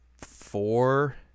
four